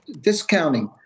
discounting